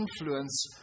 influence